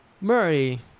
Murray